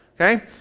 Okay